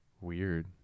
weird